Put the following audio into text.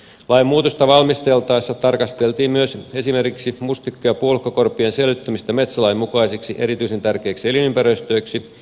lain muutosta valmisteltaessa tarkasteltiin myös esimerkiksi mustikka ja puolukkakorpien selvittämistä metsälain mukaisiksi erityisen tärkeiksi elinympäristöiksi